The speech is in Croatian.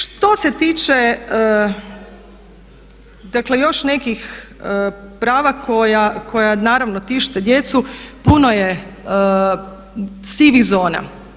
Što se tiče dakle još nekih prava koja naravno tište djecu, puno je sivih zona.